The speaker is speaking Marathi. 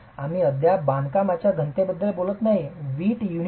आम्ही अद्याप बांधकामाच्या घनतेबद्दल बोलत नाही आहोत वीट युनिट